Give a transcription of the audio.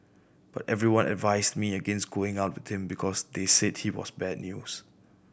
but everyone advised me against going out with him because they said he was bad news